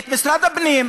משרד הפנים,